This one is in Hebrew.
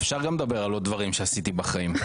אפשר לדבר גם על עוד דברים שעשיתי בחיים.